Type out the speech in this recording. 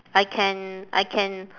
I can I can